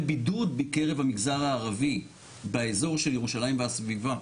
בידוד בקרב המגזר הערבי באיזור של ירושלים והסביבה.